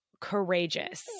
courageous